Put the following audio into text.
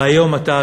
והיום אתה,